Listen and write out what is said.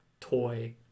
toy